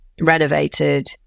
renovated